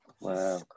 wow